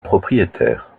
propriétaire